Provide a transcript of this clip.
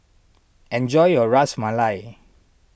enjoy your Ras Malai